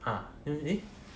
ah eh